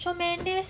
shawn mendes